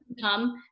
come